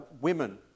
women